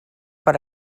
per